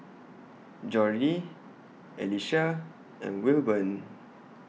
Jordi Alicia and Wilburn